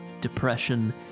depression